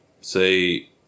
say